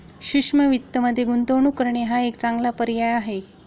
सूक्ष्म वित्तमध्ये गुंतवणूक करणे हा एक चांगला पर्याय आहे